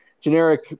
generic